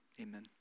Amen